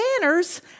banners